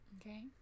Okay